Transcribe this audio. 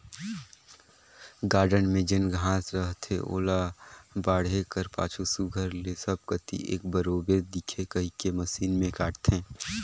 garden में जेन घांस रहथे ओला बाढ़े कर पाछू सुग्घर ले सब कती एक बरोबेर दिखे कहिके मसीन में काटथें